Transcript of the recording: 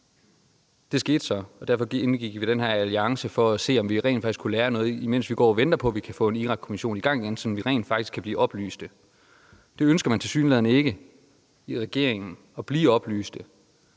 det skete så, og derfor indgik vi i den her alliance, for at se, om vi kunne lære noget, imens vi går og venter på, at vi kan få en Irakkommission i gang igen, sådan at vi rent faktisk kan blive oplyst. Men i regeringen ønsker man tilsyneladende ikke at blive oplyst.